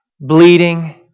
bleeding